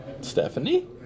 Stephanie